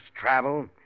travel